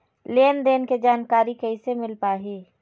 लेन देन के जानकारी कैसे मिल पाही?